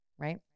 right